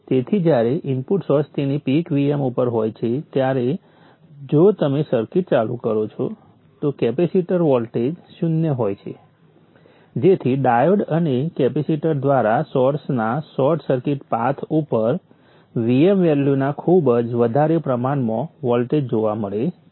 તેથી જ્યારે input source તેની પીક Vm ઉપર હોય છે ત્યારે જો તમે સર્કિટ ચાલુ કરો છો તો કેપેસિટર વોલ્ટેજ શૂન્ય હોય છે જેથી ડાયોડ અને કેપેસિટર દ્વારા સોર્સના શોર્ટ સર્કિટ પાથ ઉપર Vm વેલ્યુના ખુબજ વધારે પ્રમાણમાં વોલ્ટેજ જોવા મળે છે